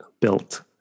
built